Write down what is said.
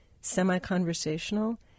semi-conversational